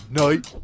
night